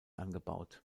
angebaut